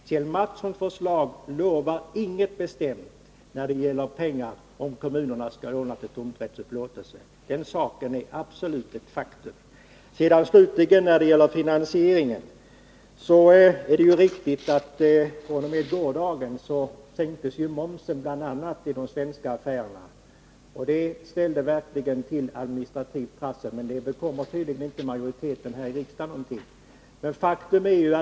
Kjell Mattssons förslag lovar inget bestämt när det gäller pengar som kommunerna skall låna till tomträttsupplåtelse, den saken är absolut ett faktum. Beträffande finansieringen är det ju riktigt att fr.o.m. gårdagen sänktes momsen i de svenska affärerna. Det ställde verkligen till med administrativt trassel, men det bekom tydligen inte majoriteten här i riksdagen någonting.